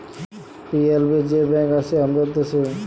PLB যে bank আসে হামাদের দ্যাশে